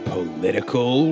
Political